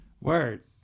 Word